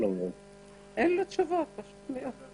אין לו תשובות, פשוט מאוד.